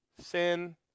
sin